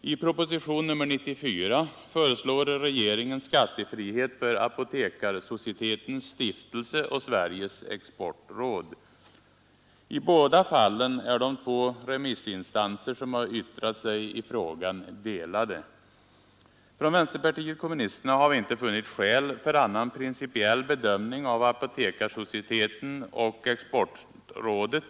I propositionen 94 föreslår regeringen skattefrihet för Apotekarsocietetens stiftelse och Sveriges exportråd. I båda fallen är de två remissinstanser som har yttrat sig i frågan delade i sin uppfattning. Från vänsterpartiet kommunisterna har vi inte funnit skäl för annan principiell bedömning av Apotekarsocietetens stiftelse och Exportrådet